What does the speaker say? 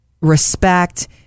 respect